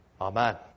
Amen